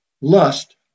lust